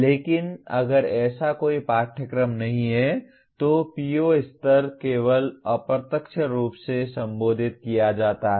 लेकिन अगर ऐसा कोई पाठ्यक्रम नहीं है तो PO स्तर केवल अप्रत्यक्ष रूप से संबोधित किया जाता है